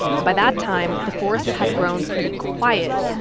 and by that time, the forests had grown pretty quiet.